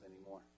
anymore